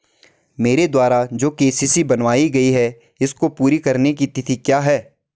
मेरे द्वारा जो के.सी.सी बनवायी गयी है इसको पूरी करने की तिथि क्या है?